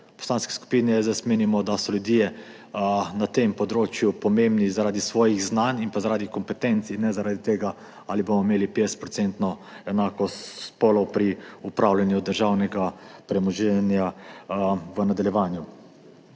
Poslanski skupini SDS menimo, da so ljudje na tem področju pomembni zaradi svojih znanj in zaradi kompetenc in ne zaradi tega, ali bomo imeli 50-odstotno enakost spolov pri upravljanju državnega premoženja v nadaljevanju.